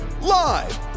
Live